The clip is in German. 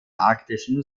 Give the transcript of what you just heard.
arktischen